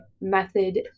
method